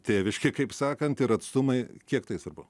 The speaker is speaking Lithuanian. tėviškė kaip sakant ir atstumai kiek tai svarbu